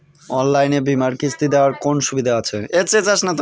অনলাইনে বীমার কিস্তি দেওয়ার কোন সুবিধে আছে?